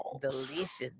delicious